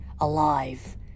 alive